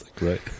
right